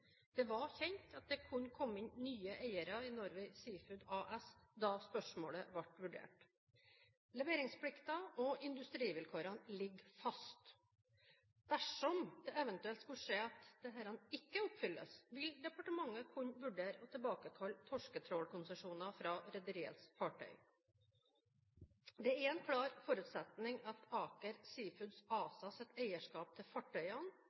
Det var kjent at det kunne komme inn nye eiere i Norway Seafoods AS, da spørsmålet ble vurdert. Leveringsplikten og industrivilkårene ligger fast. Dersom det eventuelt skulle skje at disse ikke oppfylles, vil departementet kunne vurdere å tilbakekalle torsketrålkonsesjoner fra rederiets fartøy. Det er en klar forutsetning at Aker Seafoods ASAs eierskap til